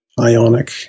Ionic